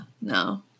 No